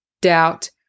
doubt